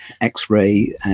x-ray